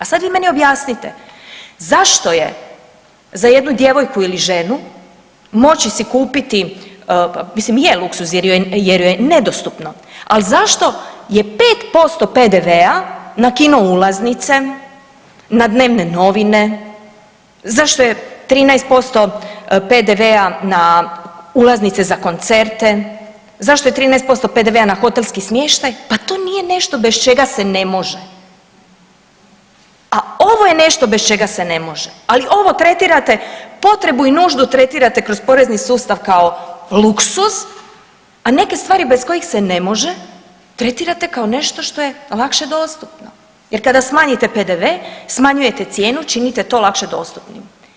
A sad vi meni objasnite, zašto je za jednu djevojku ili ženu moći si kupiti, mislim, je luksuz jer joj je nedostupno, ali zašto je 5% PDV-a na kino-ulaznice, na dnevne novine, zašto je 13% PDV-a na ulaznice za koncerte, zašto je 13% PDV-a na hotelski smještaj, pa to nije nešto bez čega se ne može, a ovo je nešto bez čega se ne može, ali ovo tretirate, potrebu i nuždu tretirate kroz porezni sustav kao luksuz, a neke stvari bez kojih se ne može tretirate kao nešto što je lakše dostupno jer kada smanjite PDV, smanjujete cijenu, činite to lakše dostupnim.